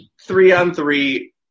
three-on-three